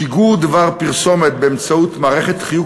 (שיגור דבר פרסומת באמצעות מערכת חיוג